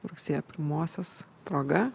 rugsėjo pirmosios proga